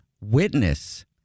Witness